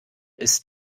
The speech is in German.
ist